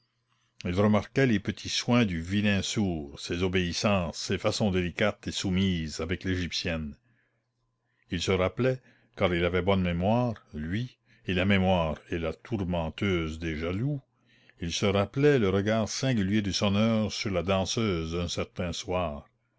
il remarquait les petits soins du vilain sourd ses obéissances ses façons délicates et soumises avec l'égyptienne il se rappelait car il avait bonne mémoire lui et la mémoire est la tourmenteuse des jaloux il se rappelait le regard singulier du sonneur sur la danseuse un certain soir